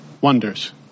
wonders